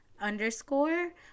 underscore